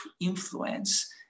influence